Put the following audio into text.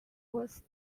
was